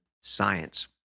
science